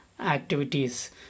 activities